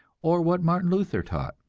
or what martin luther taught.